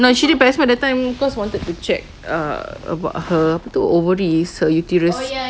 no actually pap smear that time cause wanted to check err about her the ovaries her uterus